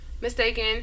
mistaken